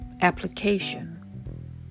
application